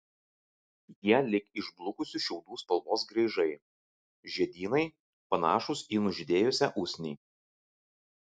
jie lyg išblukusių šiaudų spalvos graižai žiedynai panašūs į nužydėjusią usnį